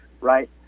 right